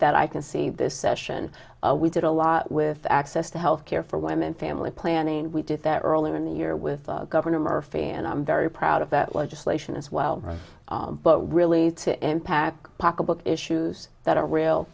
that i can see this session we did a lot with access to health care for women family planning we did that earlier in the year with governor murphy and i'm very proud of that legislation as well but really the impact pocketbook issues that are real